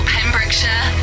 Pembrokeshire